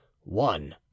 one